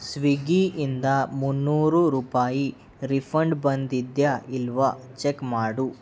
ಸ್ವಿಗ್ಗಿ ಇಂದ ಮುನ್ನೂರು ರೂಪಾಯಿ ರಿಫಂಡ್ ಬಂದಿದೆಯ ಇಲ್ಲವ ಚೆಕ್ ಮಾಡು